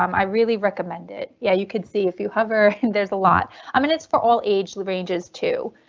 um i really recommend it. yeah you could see if you hover and there's a lot, i mean it's for all age ranges too.